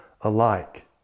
alike